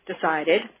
decided